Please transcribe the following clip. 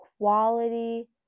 quality